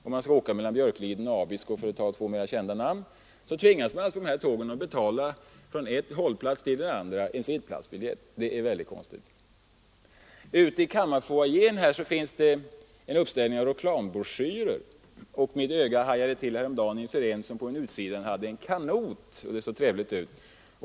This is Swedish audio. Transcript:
Om man skall åka mellan Björkliden och Abisko, för att ta två mera kända orter, tvingas man betala sittplatsbiljett på dessa tåg. Det är väldigt konstigt. Ute i kammarfoajén finns det ett ställ med reklambroschyrer. Jag hajade häromdagen till för en, som på utsidan hade en kanot — det såg trevligt ut.